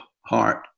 heart